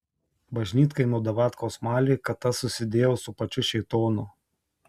bažnytkaimio davatkos malė kad aš susidėjau su pačiu šėtonu